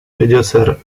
придется